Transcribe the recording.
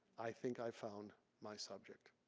i think i found my subject.